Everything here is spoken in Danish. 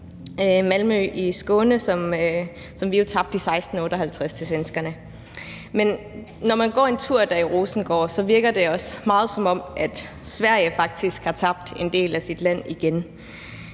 Malmø i Skåne, som vi jo tabte til svenskerne 1658. Men når man går en tur der i Rosengård, virker det på mange måder, som om Sverige faktisk har tabt en del af sit land igen.